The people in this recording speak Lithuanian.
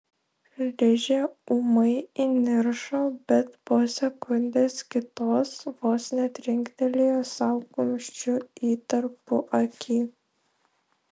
ližė ūmai įniršo bet po sekundės kitos vos netrinktelėjo sau kumščiu į tarpuakį